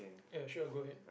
ya sure go ahead